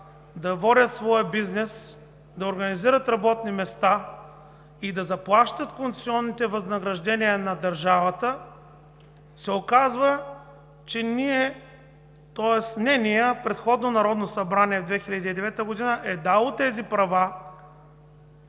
да водят бизнес, организират работни места и да заплащат концесионни възнаграждения на държавата, се оказва, че предходно Народно събрание през 2009 г. е дало тези права